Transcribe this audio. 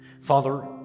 Father